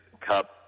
Cup